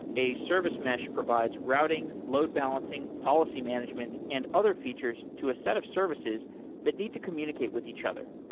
a service mesh provides routing, load balancing, policy management and other features to a set of services that need to communicate with each other.